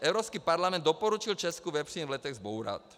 Evropský parlament doporučil Česku vepřín v Letech zbourat.